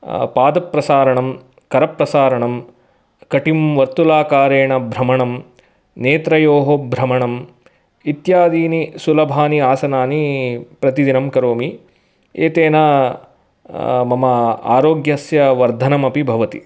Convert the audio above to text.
पाद प्रसारणं करप्रसारणं कटिं वर्तुलाकरेण भ्रमणं नेत्रयोः भ्रमणम् इत्यादीनि सुलभानि आसनानि प्रतिदिनं करोमि एतेन मम आरोग्यस्य वर्धनमपि भवति